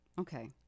Okay